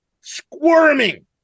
squirming